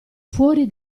fuori